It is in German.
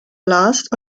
blast